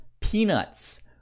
peanuts